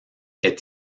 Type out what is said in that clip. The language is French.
est